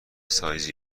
سایزی